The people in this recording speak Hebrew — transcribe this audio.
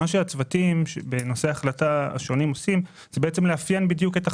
מה שהצוותים עושים זה בעצם לאפיין בדיוק את החסמים.